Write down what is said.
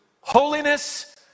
holiness